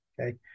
Okay